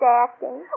acting